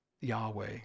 Yahweh